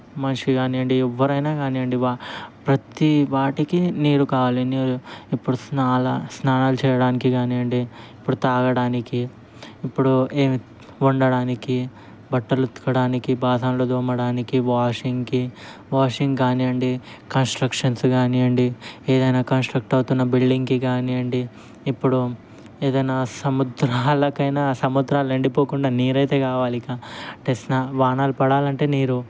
మనిషి కానివ్వండి ఎవ్వరైనా కానివ్వండి ప్రతీ వాటికి నీరు కావాలి నీరు ఇప్పుడు స్నాన స్నానాలు చేయడానికి కానివ్వండి ఇప్పుడు తాగడానికి ఇప్పుడు వండటానికి బట్టలు ఉతకడానికి బేసన్లు తోమడానికి వాషింగ్కి వాషింగ్ కానివ్వండి కన్స్ట్రక్షన్స్ కానివ్వండి ఏదైనా కంస్ట్రక్ట్ అవుతున్న బిల్డింగ్కి కానివ్వండి ఇప్పుడు ఏదైనా సముద్రాలకైనా ఆ సముద్రాలు ఎండిపోకుండా నీరు అయితే కావాలిగా అంటే వానలు పడాలంటే నీరు